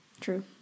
true